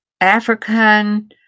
African